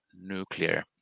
nuclear